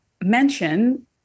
mention